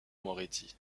moretti